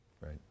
Right